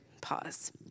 pause